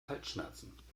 halsschmerzen